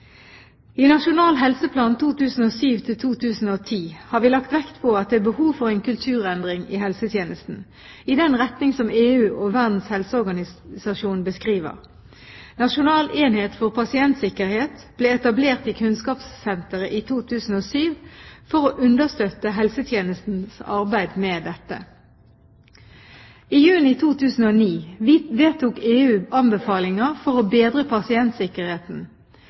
I Nasjonal helseplan 2007–2010 har vi lagt vekt på at det er behov for en kulturendring i helsetjenesten i den retning som EU og Verdens helseorganisasjon beskriver. Nasjonal enhet for pasientsikkerhet ble etablert i Kunnskapssenteret i 2007 for å understøtte helsetjenestens arbeid med dette. I juni 2009 vedtok EU anbefalinger for å bedre pasientsikkerheten.